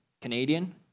Canadian